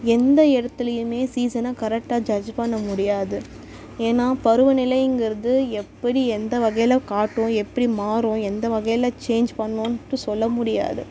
எந்த இடத்துலையுமே சீசனை கரெக்டாக ஜட்ஜ் பண்ண முடியாது ஏன்னால் பருவ நிலைங்கிறது எப்படி எந்த வகையில் காட்டும் எப்படி மாறும் எந்த வகையில் சேஞ்ச் பண்ணுன்ட்டு சொல்ல முடியாது